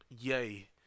Yay